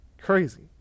crazy